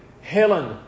Helen